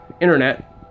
internet